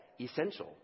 essential